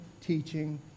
teaching